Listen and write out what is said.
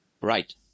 Right